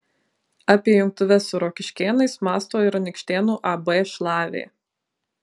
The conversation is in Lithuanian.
apie jungtuves su rokiškėnais mąsto ir anykštėnų ab šlavė